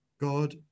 God